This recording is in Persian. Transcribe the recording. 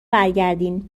برگردین